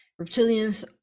reptilians